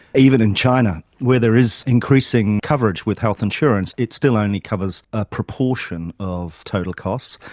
even in china where there is increasing coverage with health insurance, it still only covers a proportion of total cost,